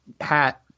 hat